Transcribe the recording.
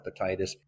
hepatitis